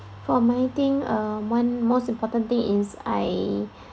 for my thing uh one most important thing is I